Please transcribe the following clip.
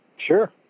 Sure